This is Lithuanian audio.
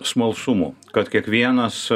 smalsumo kad kiekvienas